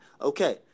Okay